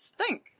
stink